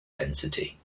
density